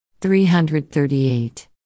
338